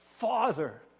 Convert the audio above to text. Father